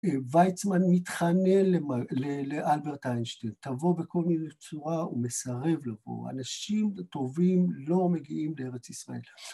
ויצמן מתחנן לאלברט איינשטיין, תבוא בכל מיני צורה ומסרב לבוא, אנשים טובים לא מגיעים לארץ ישראל.